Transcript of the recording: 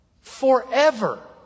Forever